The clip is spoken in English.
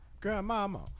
Grandmama